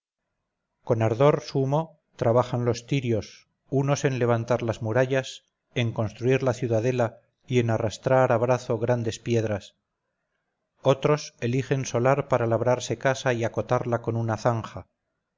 con ardor sumo trabajan los tirios unos en levantar las murallas en construir la ciudadela y en arrastrar a brazo grandes piedras otros eligen solar para labrarse casa y acotarla con una zanja